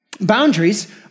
Boundaries